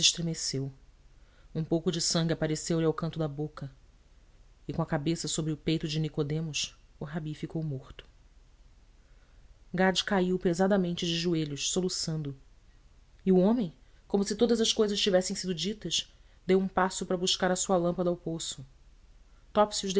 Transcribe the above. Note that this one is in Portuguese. estremeceu um pouco de sangue apareceu-lhe ao canto da boca e com a cabeça sobre o peito de nicodemo o rabi ficou morto gade caiu pesadamente de joelhos soluçando e o homem como se todas as cousas tivessem sido ditas deu um passo para buscar a sua lâmpada ao poço